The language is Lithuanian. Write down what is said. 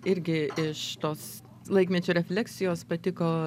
irgi iš tos laikmečio refleksijos patiko